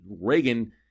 reagan